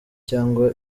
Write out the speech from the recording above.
cyangwa